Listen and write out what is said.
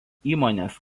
įmonės